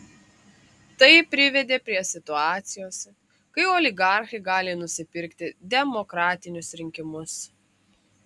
tai privedė prie situacijos kai oligarchai gali nusipirkti demokratinius rinkimus